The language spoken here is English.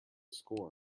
score